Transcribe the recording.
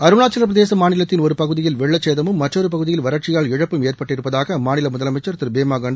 அருணாச்சல பிரதேச மாநிலத்தின் ஒரு பகுதியில் வெள்ளச்சேதமும் மற்றொரு பகுதியில் வறட்சியால் இழப்பும் ஏற்பட்டிருப்பதாக அம்மாநில முதலமைச்சர் திரு பேமா காந்து தெரிவித்துள்ளார்